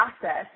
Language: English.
process